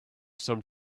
some